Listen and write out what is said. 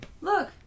Look